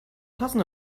tassen